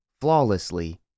flawlessly